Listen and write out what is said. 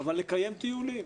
נקיים טיולים.